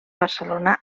barcelona